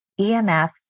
EMF